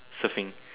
surfing